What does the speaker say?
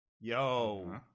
Yo